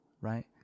right